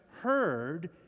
heard